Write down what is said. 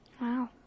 Wow